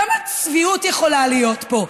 כמה צביעות יכולה להיות פה?